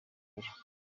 vuba